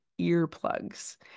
earplugs